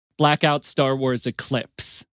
BlackoutStarWarsEclipse